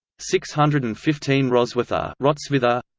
six hundred and fifteen roswitha roswitha